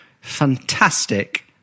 fantastic